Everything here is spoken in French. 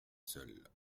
seule